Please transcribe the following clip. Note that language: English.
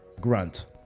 grunt